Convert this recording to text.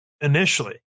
initially